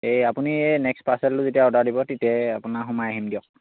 এই আপুনি নেক্সক্ট পাৰ্চেলটো যেতিয়া অৰ্ডাৰ দিব তেতিয়াই আপোনাৰ সোমাই আহিম দিয়ক